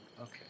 Okay